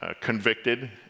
convicted